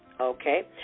Okay